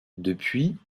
depuis